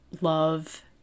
love